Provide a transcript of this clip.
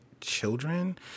children